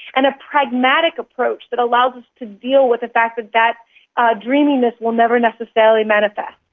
and a pragmatic approach that allows us to deal with the fact that that ah dreaminess will never necessarily manifest.